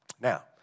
Now